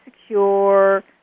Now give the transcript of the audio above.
secure